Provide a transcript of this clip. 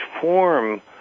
form